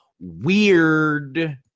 Weird